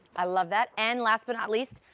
i love that. and last but not least,